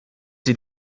sie